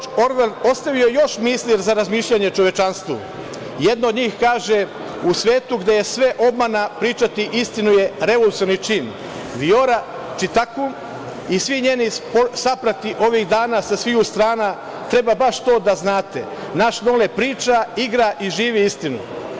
Džordž Orvel, ostavio je još misli za razmišljanje čovečanstvu, jedno od njih kaže, u svetu gde je sve obmana pričati istinu je revolucionarni čin, Vijora Čitaku i svi njeni saprati ovih dana sa svih strana, treba baš to da znate, naš Nole priča, igra i živi istinu.